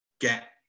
get